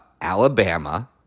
Alabama